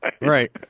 Right